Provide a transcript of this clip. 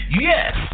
Yes